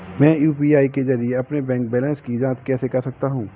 मैं यू.पी.आई के जरिए अपने बैंक बैलेंस की जाँच कैसे कर सकता हूँ?